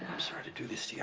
i'm sorry to do this yeah